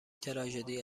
تراژدی